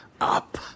up